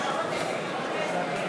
חברי הכנסת,